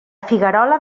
figuerola